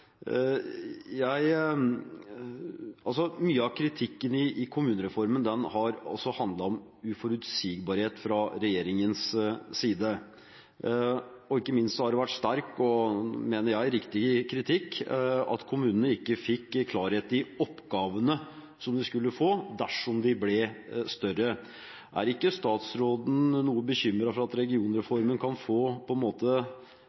Mye av kritikken i forbindelse med kommunereformen har handlet om uforutsigbarhet fra regjeringens side. Ikke minst har det vært sterk, og jeg mener riktig, kritikk av at kommunene ikke fikk klarhet i oppgavene de skulle få dersom de ble større. Er ikke statsråden noe bekymret for at